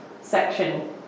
section